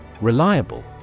Reliable